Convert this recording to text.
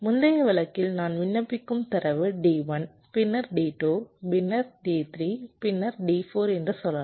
முந்தைய வழக்கில் நான் விண்ணப்பிக்கும் தரவு D1 பின்னர் D2 பின்னர் D3 பின்னர் D4 என்று சொல்லலாம்